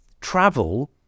travel